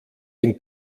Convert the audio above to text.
den